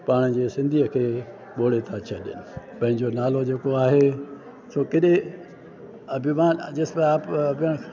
पाण जीअं सिंधीअ खे ॿोड़े त छ्ॾनि पंहिंजो नालो जेको आहे छो कॾहिं अभिमान